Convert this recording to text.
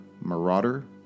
Marauder